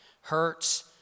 Hurts